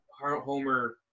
Homer